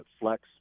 Flex